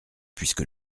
puisque